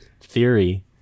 theory